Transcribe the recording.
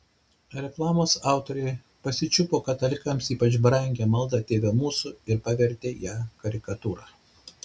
reklamos autoriai pasičiupo katalikams ypač brangią maldą tėve mūsų ir pavertė ją karikatūra